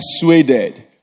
persuaded